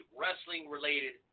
wrestling-related